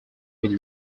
will